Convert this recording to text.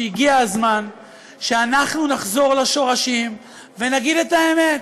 שהגיע הזמן שאנחנו נחזור לשורשים ונגיד את אמת,